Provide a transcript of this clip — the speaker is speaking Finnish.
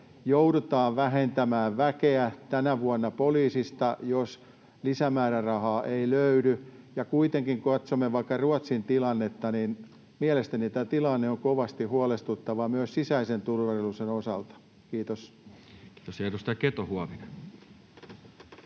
joudutaan vähentämään väkeä tänä vuonna poliisista, jos lisämäärärahaa ei löydy? Kuitenkin kun katsomme vaikka Ruotsin tilannetta, mielestäni tämä tilanne on kovasti huolestuttava myös sisäisen turvallisuuden osalta. — Kiitos. [Speech 113] Speaker: Toinen